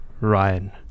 Ryan